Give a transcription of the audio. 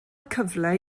cyfle